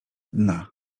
dna